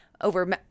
over